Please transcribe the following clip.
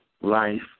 life